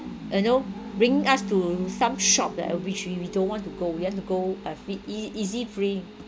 you know bringing us to some shop that uh which we we don't want to go we want to go a free eas~ easy free